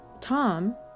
Tom